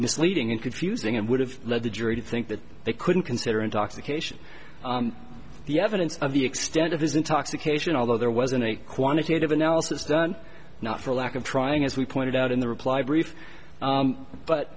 misleading and confusing and would have led the jury to think that they couldn't consider intoxication the evidence of the extent of his intoxication although there wasn't a quantitative analysis done not for lack of trying as we pointed out in the reply brief